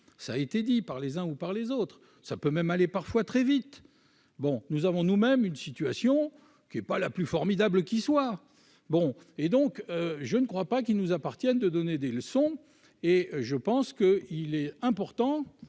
ça a été dit par les uns ou par les autres, ça peut même aller parfois très vite, bon nous avons nous même une situation qui n'est pas la plus formidable qui soit bon et donc je ne crois pas qu'il nous appartient de donner des leçons, et je pense que il est important,